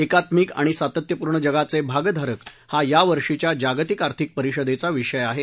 एकात्मिक आणि सातत्यपूर्ण जगाचे भागधारक हा यावर्षीच्या जागतिक आर्थिक परिषदेचा विषय आहे